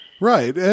Right